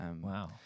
Wow